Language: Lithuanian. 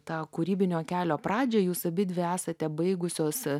tą kūrybinio kelio pradžią jūs abidvi esate baigusios